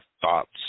thoughts